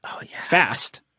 Fast